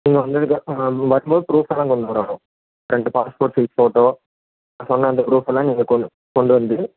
நீங்கள் வந்ததுக்க மேக்ஸிமம் ப்ரூஃபெல்லாம் கொண்டு வரணும் ரெண்டு பாஸ்போர்ட் சைஸ் ஃபோட்டோ நான் சொன்ன அந்த ப்ரூஃபெல்லாம் நீங்கள் கொண் கொண்டு வந்துடு